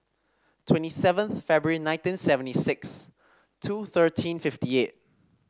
twenty seventh February nineteen seventy six two thirteen fifty eight